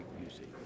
music